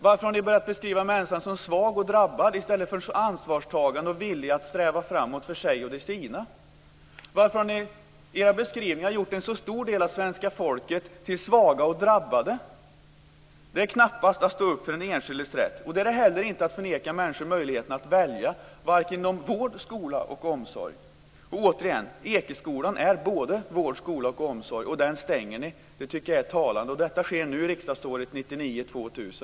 Varför har ni börjat beskriva människan som svag och drabbad i stället för som ansvarstagande och villig att sträva framåt för sig och de sina? Varför har ni i era beskrivningar gjort en så stor del av svenska folket till svaga och drabbade? Det är knappast att stå upp för den enskildes rätt, och det är det inte heller att förneka människor möjligheten att välja inom vård, skola eller omsorg. Återigen: Ekeskolan är både vård, skola och omsorg, och den stänger ni. Det tycker jag är talande. Och detta sker nu, riksdagsåret 1999/2000.